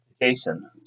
Jason